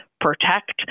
protect